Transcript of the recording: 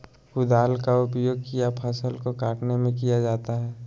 कुदाल का उपयोग किया फसल को कटने में किया जाता हैं?